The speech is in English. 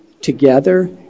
together